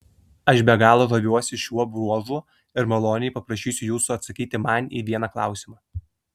aš be galo žaviuosi šiuo bruožu ir maloniai paprašysiu jūsų atsakyti man į vieną klausimą